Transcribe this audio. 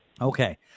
Okay